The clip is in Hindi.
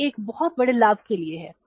यह एक बहुत बड़े लाभ के लिए है